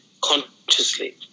consciously